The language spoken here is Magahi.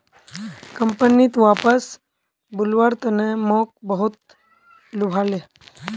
कंपनीत वापस बुलव्वार तने मोक बहुत लुभाले